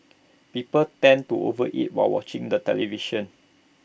people tend to over eat while watching the television